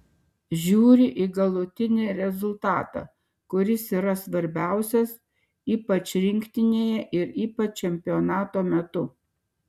žiūri į galutinį rezultatą kuris yra svarbiausias ypač rinktinėje ir ypač čempionato metu